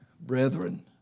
brethren